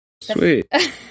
Sweet